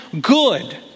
good